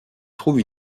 trouve